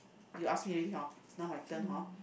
you ask me already hor now my turn hor